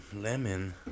lemon